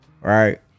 Right